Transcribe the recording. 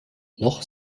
noch